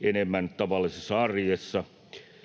enemmän tavallisessa arjessa.